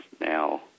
now